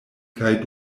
kaj